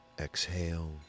exhale